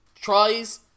tries